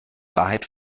wahrheit